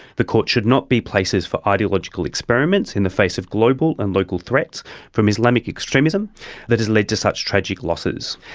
the court should not be places for ideological experiments in the face of global and local threats from islamic extremism that has led to such tragic losses'.